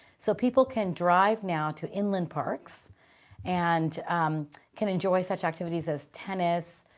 so people can drive now to inland parks and can enjoy such activities as tennis,